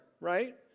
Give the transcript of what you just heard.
right